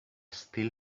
still